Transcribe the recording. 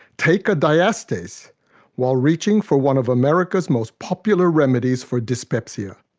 take a diastase while reaching for one of america's most popular remedies for dyspepsia.